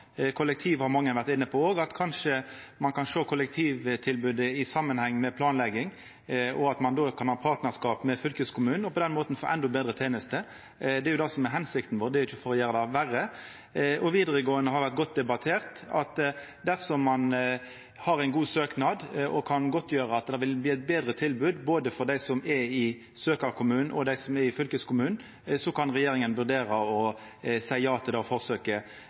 har òg mange vore inne på – at ein kanskje kan sjå kollektivtilbodet i samanheng med planlegging, og at ein då kan ha partnarskap med fylkeskommunen og på den måten få endå betre tenester. Det er jo det som er hensikta vår, det er ikkje å gjera det verre. Vidaregåande har vore godt debattert. Dersom ein har ein god søknad og kan godtgjera at det vil bli eit betre tilbod både for dei som er i søkjarkommunen, og dei som er i fylkeskommunen, kan regjeringa vurdera å seia ja til det forsøket.